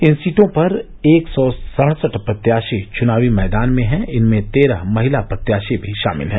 इन सीटों पर एक सौ सड़सठ प्रत्याषी चुनावी मैदान में हैं इनमें तेरह महिला प्रत्याषी भी षामिल हैं